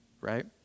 right